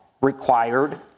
required